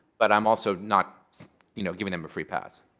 but i'm also not so you know giving them a free pass.